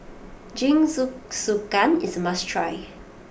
Jingisukan is a must try